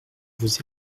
vos